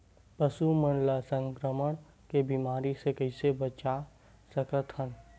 पशु मन ला संक्रमण के बीमारी से कइसे बचा सकथन?